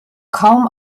kaum